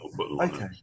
Okay